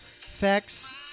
facts